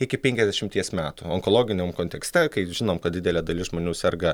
iki penkiasdešimties metų onkologiniam kontekste kai žinom kad didelė dalis žmonių serga